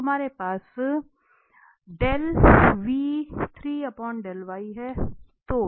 तो हमारे पास है